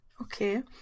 okay